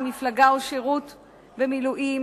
מפלגה או שירות במילואים,